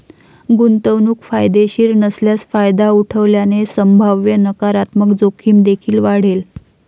गुंतवणूक फायदेशीर नसल्यास फायदा उठवल्याने संभाव्य नकारात्मक जोखीम देखील वाढेल